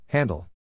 Handle